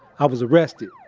i was arrested.